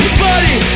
buddy